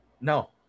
no